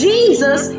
Jesus